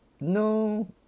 No